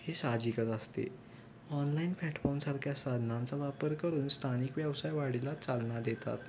हे साहजिकच असते ऑनलाईन प्लॅटफॉर्मसारख्या साधनांचा वापर करून स्थानिक व्यवसाय वाढीला चालना देतात